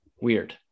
weird